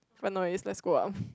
but no it's let's go up